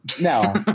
No